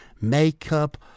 makeup